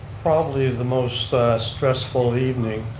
probably the most stressful evening